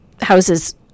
houses